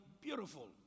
beautiful